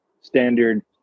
standard